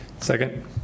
Second